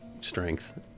strength